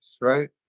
right